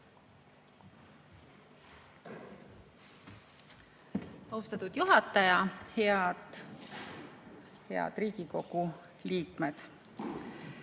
Austatud juhataja! Head Riigikogu liikmed!